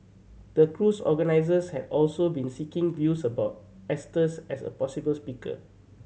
the cruise organisers had also been seeking views about Estes as a possible speaker